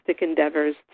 endeavors